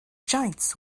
giants